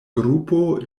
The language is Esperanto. grupo